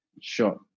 Sure